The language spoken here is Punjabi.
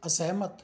ਅਸਹਿਮਤ